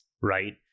right